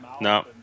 no